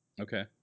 Okay